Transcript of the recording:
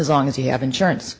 as long as you have insurance